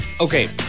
Okay